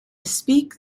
speak